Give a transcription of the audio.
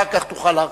אחר כך תוכל להרחיב.